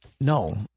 No